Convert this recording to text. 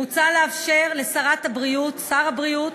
מוצע לאפשר לשרת הבריאות, שר הבריאות,